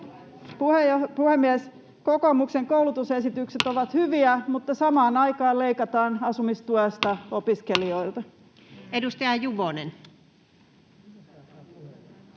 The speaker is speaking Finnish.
Puhemies! Kokoomuksen koulutusesitykset ovat hyviä, mutta samaan aikaan leikataan asumistuesta opiskelijoilta. Edustaja Juvonen.